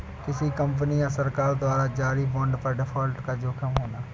किसी कंपनी या सरकार द्वारा जारी बांड पर डिफ़ॉल्ट का जोखिम होना